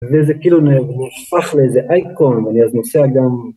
וזה כאילו נהפך לאיזה אייקון, אני אז נוסע גם...